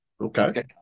Okay